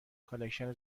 کالکشن